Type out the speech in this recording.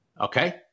Okay